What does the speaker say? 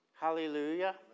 Hallelujah